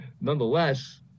Nonetheless